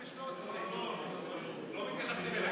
מכות עם ילדים בני 13. לא מתייחסים אליך.